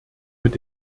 mit